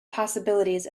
possibilities